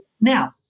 Now